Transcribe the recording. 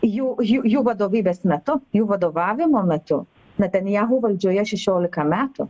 jų jų jų vadovybės metu jų vadovavimo metu natanjahu valdžioje šešiolika metų